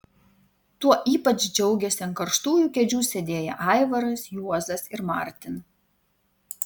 tuo ypač džiaugėsi ant karštųjų kėdžių sėdėję aivaras juozas ir martin